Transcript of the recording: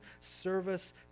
service